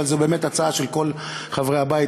אבל זו באמת הצעה של כל חברי הבית.